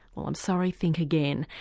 well i'm sorry, think again.